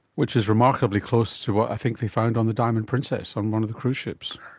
which is remarkably close to what i think they found on the diamond princess, on one of the cruise ships.